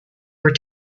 were